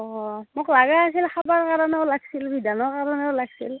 অ' মোক লগা আছিল খাবৰ কাৰণেও লাগিছিল বিধানৰ কাৰণেও লাগিছিল